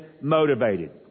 motivated